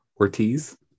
Ortiz